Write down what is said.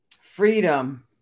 Freedom